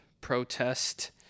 protest